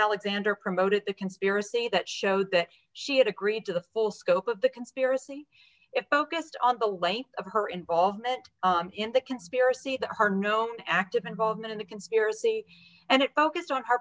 alexander promoted the conspiracy that showed that she had agreed to the full scope of the conspiracy if focused on the length of her involvement in the conspiracy the are known active involvement in the conspiracy and it focused on her